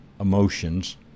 emotions